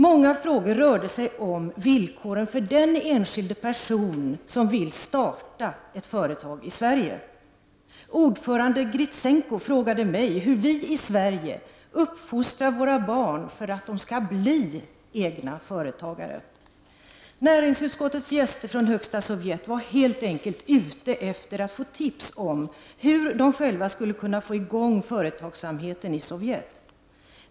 Många frågor rörde sig om villkoren för den enskilda person som vill starta ett företag i Sverige. Ordföranden Gritsenko frågade mig hur vi i Sverige uppfostrar våra barn för att de skall bli egna företagare. Näringsutskottets gäster från Högsta Sovjet var helt enkelt ute efter att få tips om hur de själva skulle kunna få i gång företagsamheten i Sovjet.